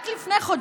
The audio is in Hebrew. רק לפני חודשיים,